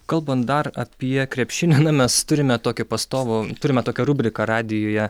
kalbant dar apie krepšinį mes turime tokį pastovų turime tokią rubriką radijuje